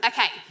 Okay